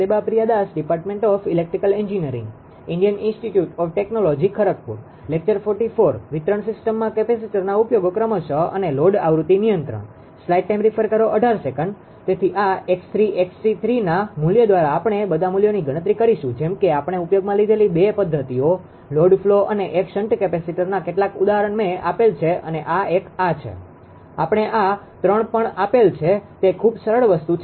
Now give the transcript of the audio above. તેથી આ 𝑥3 𝑥𝐶3ના મુલ્ય દ્વારા આપણે બધા મૂલ્યોની ગણતરી કરીશું જેમ કે આપણે ઉપયોગમાં લીધેલી બે પદ્ધતિઓ લોડ ફ્લો અને એક શન્ટ કેપેસિટરના કેટલાક ઉદાહરણ મેં આપેલ છે અને એક આ છે આપણે આ 3 પણ આપેલ છે તે ખૂબ સરળ વસ્તુ છે